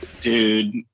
Dude